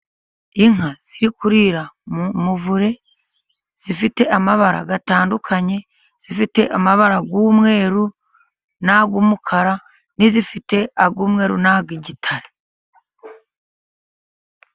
Inka ziri kurira mu muvure zifite amabara atandukanye, zifite amabara y'umweruru n'ay'umukara, n'izifite ay'umweru n'ay' igitare.